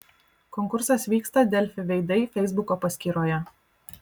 konkursas vyksta delfi veidai feisbuko paskyroje